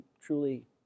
truly